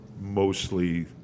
mostly